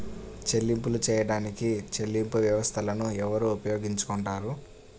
చెల్లింపులు చేయడానికి చెల్లింపు వ్యవస్థలను ఎవరు ఉపయోగించుకొంటారు?